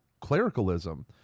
clericalism